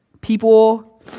people